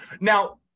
now